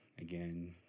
again